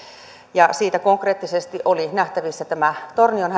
ja siitä konkreettisesti oli nähtävissä tämä tornion